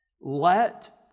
Let